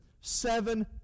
Seven